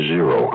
Zero